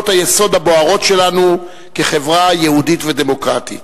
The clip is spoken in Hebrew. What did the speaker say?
היסוד הבוערות שלנו כחברה יהודית ודמוקרטית.